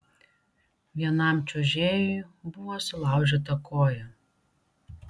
vienam čiuožėjui buvo sulaužyta koja